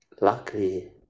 Luckily